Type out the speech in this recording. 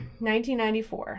1994